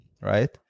right